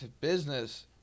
business